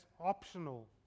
optional